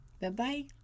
Bye-bye